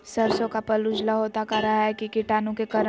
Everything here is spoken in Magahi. सरसो का पल उजला होता का रहा है की कीटाणु के करण?